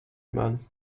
mani